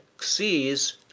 sees